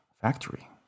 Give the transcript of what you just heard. factory